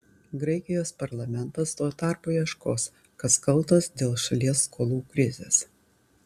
graikijos parlamentas tuo tarpu ieškos kas kaltas dėl šalies skolų krizės